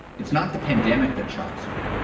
it's not the pandemic that shocks her,